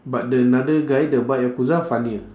but the another guy the bak yakuza funnier